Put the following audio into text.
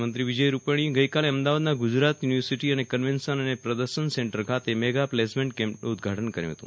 મુખ્યમંત્રી વિજય રૂપાર્ગીએ ગઈ કાલે અમદાવાદના ગુજરાત યુનિવર્સિટી કન્વેન્શન અને પ્રદર્શન સેન્ટર ખાતે મેગા પ્લેસમેન્ટ કેમ્પનું ઉદ્દઘાટન કર્યું હતું